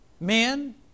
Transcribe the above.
Men